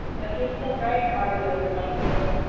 but he is still very far below his white neighbor.